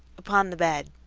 upon the bed.